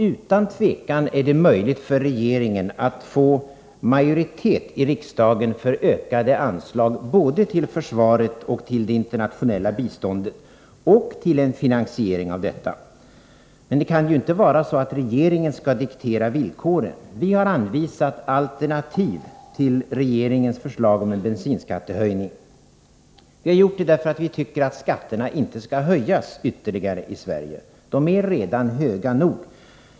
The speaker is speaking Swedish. Utan tvivel är det möjligt för regeringen att få majoritet i riksdagen för ökade anslag både till försvaret och till det internationella biståndet liksom till en finansiering härav. Men det kan ju inte vara så att regeringen skall diktera villkoren. Vi har anvisat alternativ till regeringens förslag om en bensinskattehöjning. Anledningen till att vi har gjort det är att vi tycker att skatterna i Sverige inte skall höjas ytterligare. De är redan höga nog.